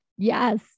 Yes